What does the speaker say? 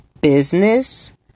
business